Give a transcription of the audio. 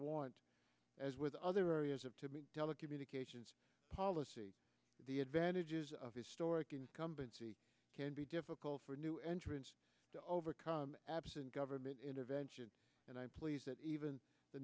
want as with other areas of to me telecommunications policy the advantages of historic incumbency can be difficult for new entrants to overcome absent government intervention and i'm pleased that even the